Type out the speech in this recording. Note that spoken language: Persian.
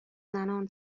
زنان